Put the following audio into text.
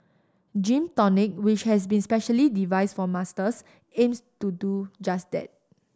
Gym Tonic which has been specially devised for Masters aims to do just that